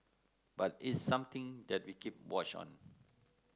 but it's something that we keep watch on